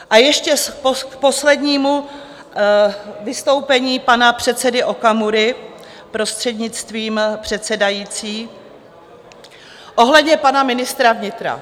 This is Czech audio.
A ještě k poslednímu vystoupení pana předsedy Okamury, prostřednictvím předsedající, ohledně pana ministra vnitra.